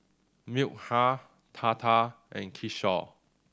Milkha Tata and Kishore